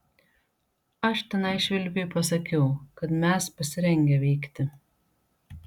aš tenai švilpiui pasakiau kad mes pasirengę veikti